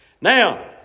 Now